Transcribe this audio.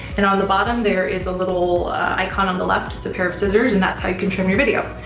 and on the bottom there is a little icon on the left, it's a pair of scissors, and that's how you can trim your video.